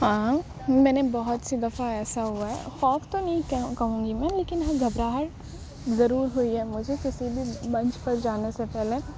ہاں میں نے بہت سی دفعہ ایسا ہوا ہے خوف تو نہیں کہوں گی میں لیکن ہاں گھبراہٹ ضرور ہوئی ہے مجھے کسی بھی منچ پر جانے سے پہلے